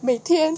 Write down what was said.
每天